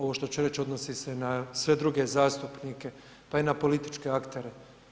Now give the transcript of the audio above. Ovo što ću reći, odnosi se na sve druge zastupnike, pa i na političke aktere.